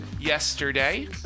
yesterday